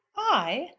i!